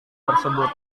tersebut